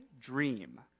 dream